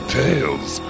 tales